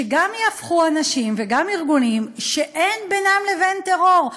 שיהפכו גם אנשים וגם ארגונים שאין בינם לבין טרור,